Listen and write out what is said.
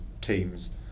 teams